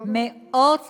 מאות שקלים.